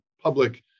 public